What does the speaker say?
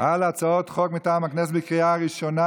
על הצעת חוק מטעם הכנסת בקריאה ראשונה.